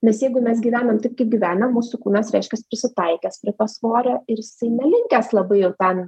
nes jeigu mes gyvenam taip kaip gyvenam mūsų kūnas reiškias prisitaikęs prie to svorio ir jisai ne linkęs labai jau ten